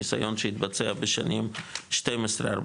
ניסיון שהתבצע בשנים 12-14